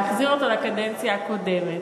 להחזיר אותו לקדנציה הקודמת.